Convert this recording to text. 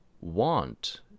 want